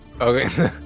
Okay